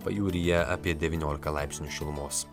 pajūryje apie devyniolika laipsnių šilumos